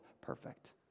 perfect